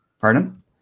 pardon